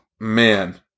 man